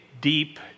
deep